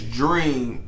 dream